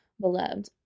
beloved